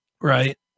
Right